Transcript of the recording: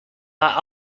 that